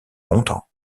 content